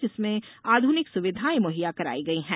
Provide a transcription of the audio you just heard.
जिसमें आधुनिक सुविधाएं मुहैया कराई गई हैं